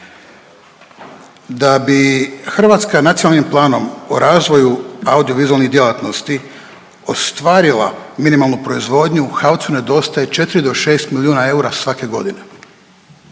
da bi Hrvatska nacionalnim planom o razvoju audio vizualnih djelatnosti ostvarila minimalnu proizvodnju, HAVC-u nedostaje 4 do 6 milijuna eura svake godine.